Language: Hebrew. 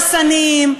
את יכולה להגיד הרסניים.